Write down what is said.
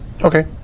Okay